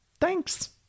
Thanks